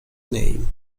name